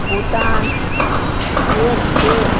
Bhutan USA